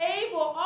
able